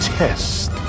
test